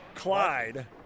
Clyde